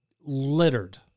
littered